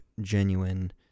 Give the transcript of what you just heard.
genuine